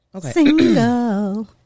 single